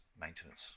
maintenance